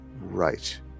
right